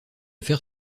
faire